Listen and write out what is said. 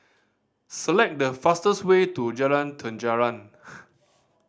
select the fastest way to Jalan Terentang